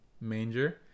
manger